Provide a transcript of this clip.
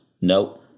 No